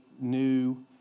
new